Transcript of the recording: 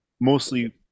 mostly